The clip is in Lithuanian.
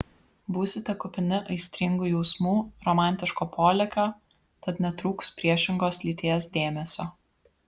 būsite kupini aistringų jausmų romantiško polėkio tad netrūks priešingos lyties dėmesio